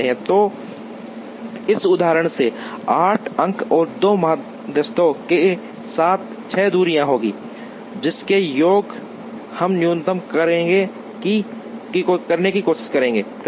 तो इस उदाहरण में 8 अंक और 2 मध्यस्थों के साथ 6 दूरियां होंगी जिनके योग हम न्यूनतम करने की कोशिश करते हैं